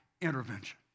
intervention